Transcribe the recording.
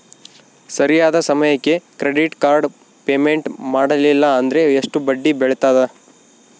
ಸರಿಯಾದ ಸಮಯಕ್ಕೆ credit card payment ಮಾಡಲಿಲ್ಲ ಅಂದ್ರೆ ಎಷ್ಟು ಬಡ್ಡಿ ಬೇಳ್ತದ?